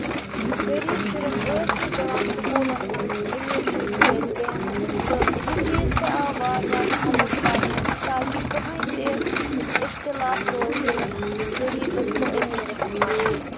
غریٖب شُرین ٲسۍ نہٕ دِوان سکوٗلن منٛز أمیٖر شُرین سۭتۍ بیٚہنہٕ تہٕ یہِ چیٖز تہِ آو وارٕ وارٕ خَتم کرنہٕ تاکہِ کٕہینۍ تہِ اِختِلاف روزنہٕ غریٖبس تہٕ أمیٖرَس منٛز